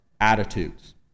attitudes